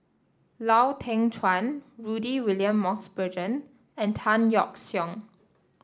Lau Teng Chuan Rudy William Mosbergen and Tan Yeok Seong